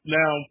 now